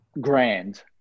grand